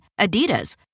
Adidas